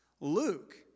Luke